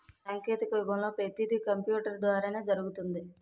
సాంకేతిక యుగంలో పతీది కంపూటరు ద్వారానే జరుగుతుంది